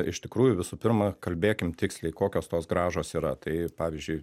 iš tikrųjų visų pirma kalbėkim tiksliai kokios tos grąžos yra tai pavyzdžiui